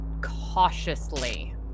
cautiously